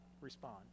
respond